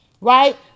right